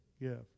give